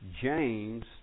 James